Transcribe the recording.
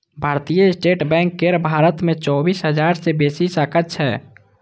भारतीय state bank केर भारत मे चौबीस हजार सं बेसी शाखा छै